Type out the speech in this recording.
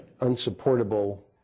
unsupportable